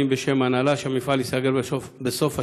בשם ההנהלה שהמפעל ייסגר בסוף השנה,